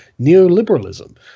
neoliberalism